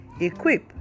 equip